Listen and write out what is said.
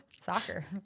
Soccer